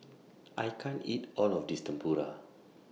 I can't eat All of This Tempura